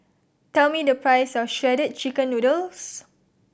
tell me the price of Shredded Chicken Noodles